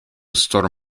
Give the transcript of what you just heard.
store